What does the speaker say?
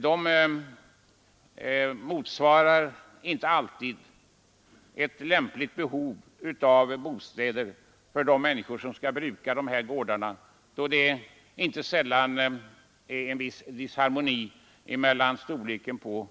Dessa gårdar motsvarar inte alltid ett lämpligt behov av bostäder för de människor som skall bruka dem då det inte sällan är en viss disharmoni mellan storleken på